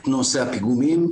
את נושא הפיגומים,